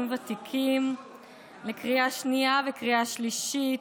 ותיקים לקריאה שנייה וקריאה שלישית.